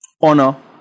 Honor